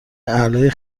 اعلای